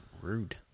Rude